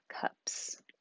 cups